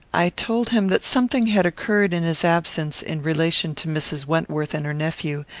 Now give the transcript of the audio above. i told him that something had occurred in his absence, in relation to mrs. wentworth and her nephew,